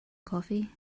coffee